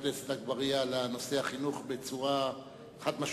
חבר הכנסת אגבאריה, לנושא החינוך בצורה חד-משמעית.